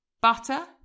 butter